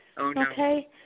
okay